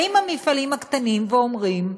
באים המפעלים הקטנים ואומרים: